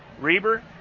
Reber